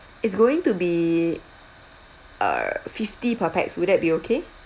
it's going to be uh fifty per pax will that be okay